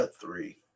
three